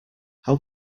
how